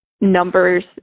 numbers